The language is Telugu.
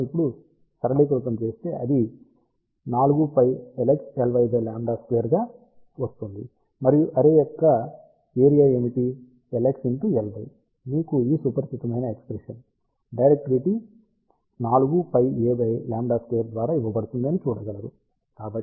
కాబట్టి మనం ఇప్పుడు సరళీకృతం చేస్తే అది 4πLxLyλ2 గా వస్తుంది మరియు అర్రే యొక్క ఏరియా ఏమిటి Lx Ly మీరు ఈ సుపరిచితమైన ఎక్ష్ప్రెషన్ డైరెక్టివిటీ 4πA λ2 ద్వారా ఇవ్వబడుతుంది అనిచూడగలరు